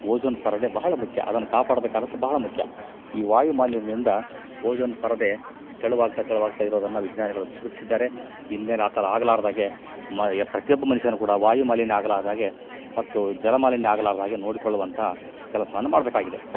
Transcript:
ozone ಪರದೆ ಬಹಳ ಮುಖ್ಯ ಅದನ್ನು ಕಾಪಾಡ್ಬೇಕಾದಂತ ಭಾಳ ಮುಖ್ಯ ಈ ವಾಯು ಮಾಲಿನ್ಯದಿಂದ ಓಜೋನ್ ಪರದೆ ತೆಳುವಾಗ್ತಾ ತೆಳುವಾಗ್ತಾ ಇರೋದನ್ನು ವಿಜ್ಞಾನಿಗಳು ಗುರುತ್ಸಿದ್ದಾರೆ ಇನ್ಮೇಲೆ ಆ ಥರ ಆಗಲಾರದಾಗೆ ಮ ಯ ಪ್ರತಿಯೊಬ್ಬ ಮನ್ಷ್ಯನು ಕೂಡ ವಾಯು ಮಾಲಿನ್ಯ ಆಗಲಾರ್ದಾಹಾಗೆ ಮತ್ತು ಜಲಮಾಲಿನ್ಯ ಆಗಲಾರ್ದಾಹಾಗೆ ನೋಡಿಕೊಳ್ಳುವಂಥ ಕೆಲಸವನ್ನು ಮಾಡಬೇಕಾಗಿದೆ